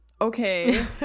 okay